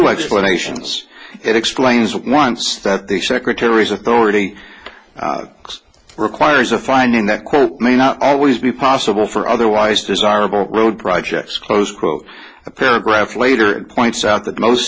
explanations it explains once that the secretary's authority requires a finding that quote may not always be possible for otherwise desirable road projects close quote a paragraph later it points out that most